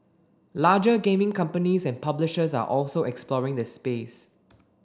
larger gaming companies and publishers are also exploring the space